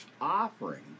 offering